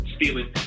Stealing